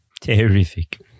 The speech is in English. Terrific